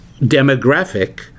demographic